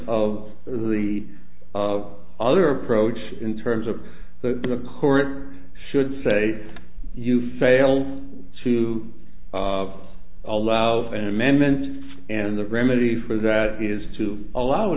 of the of other approach in terms of the court should say you failed to allows an amendment and the remedy for that is to allow